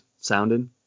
sounding